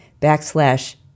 backslash